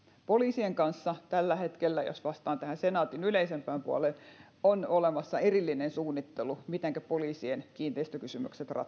poliisien kanssa tällä hetkellä jos vastaan tähän senaatin yleisempään puoleen on olemassa erillinen suunnittelu mitenkä poliisien kiinteistökysymykset ratkaistaan